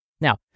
Now